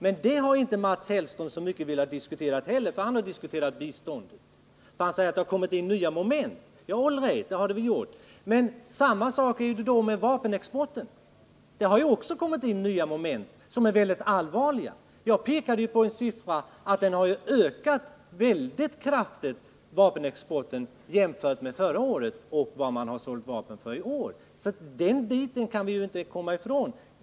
Men det har inte Mats Hellström velat diskutera utan han har diskuterat biståndet. Han säger att det har kommit in nya moment. Ja, det har det väl gjort, men detsamma gäller vapenexporten. Även där har det kommit in nya moment, som är väldigt allvarliga. Jag pekade på att vapenexporten har ökat kraftigt sedan förra året. Den biten kan vi inte komma ifrån.